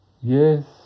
yes